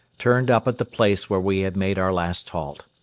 turned up at the place where we had made our last halt.